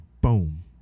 Boom